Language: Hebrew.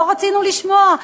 לא רצינו לשמוע,